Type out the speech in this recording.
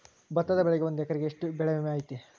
ಭತ್ತದ ಬೆಳಿಗೆ ಒಂದು ಎಕರೆಗೆ ಎಷ್ಟ ಬೆಳೆ ವಿಮೆ ಐತಿ?